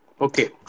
Okay